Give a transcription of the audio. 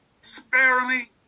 sparingly